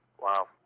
Wow